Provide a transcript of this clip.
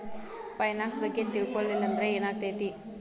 Finance ಬಗ್ಗೆ ತಿಳ್ಕೊಳಿಲ್ಲಂದ್ರ ಏನಾಗ್ತೆತಿ?